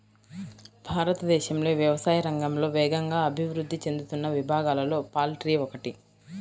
భారతదేశంలో వ్యవసాయ రంగంలో వేగంగా అభివృద్ధి చెందుతున్న విభాగాలలో పౌల్ట్రీ ఒకటి